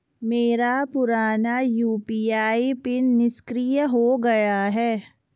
मेरा पुराना UPI pin निष्क्रिय हो गया है